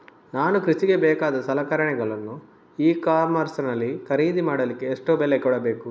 ನಾನು ಕೃಷಿಗೆ ಬೇಕಾದ ಸಲಕರಣೆಗಳನ್ನು ಇ ಕಾಮರ್ಸ್ ನಲ್ಲಿ ಖರೀದಿ ಮಾಡಲಿಕ್ಕೆ ಎಷ್ಟು ಬೆಲೆ ಕೊಡಬೇಕು?